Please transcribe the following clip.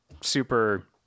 super